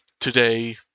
today